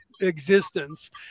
existence